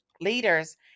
leaders